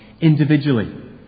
individually